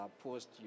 post